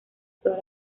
toda